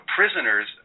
prisoners